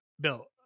Bill